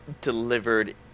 delivered